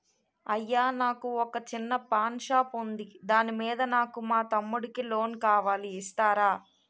అయ్యా నాకు వొక చిన్న పాన్ షాప్ ఉంది దాని మీద నాకు మా తమ్ముడి కి లోన్ కావాలి ఇస్తారా?